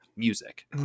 music